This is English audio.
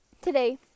today